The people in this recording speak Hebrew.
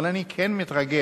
אבל אני כן מתרגש